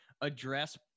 address